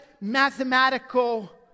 mathematical